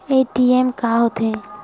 ATM का होथे?